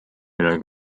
millel